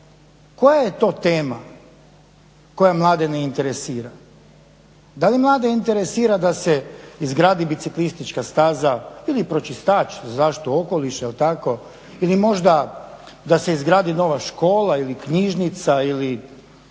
Koja je to tema koja mlade ne interesira? Da li mlade interesira da se izgradi biciklistička staza ili pročistač za zaštitu okoliša ili možda da se izgradi nova škola ili knjižnica ili,